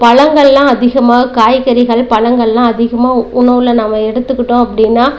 பழங்களெலாம் அதிகமாக காய்கறிகள் பழங்களெலாம் அதிகமாக உ உணவில் நாம எடுத்துக்கிட்டோம் அப்படினா